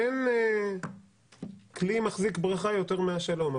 אין כלי מחזיק ברכה יותר מהשלום.